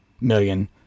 million